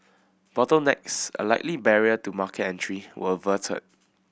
bottlenecks a likely barrier to market entry were averted